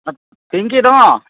Pinky ন